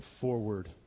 forward